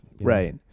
Right